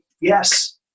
yes